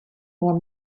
more